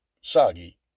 soggy